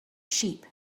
sheep